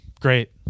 great